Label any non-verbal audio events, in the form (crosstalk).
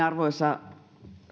(unintelligible) arvoisa